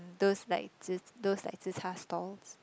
those like zi~ those like Zi-Char stalls